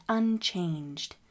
unchanged